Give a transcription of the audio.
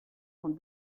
sont